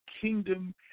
kingdom